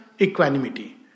equanimity